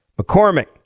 McCormick